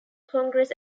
congress